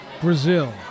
Brazil